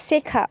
শেখা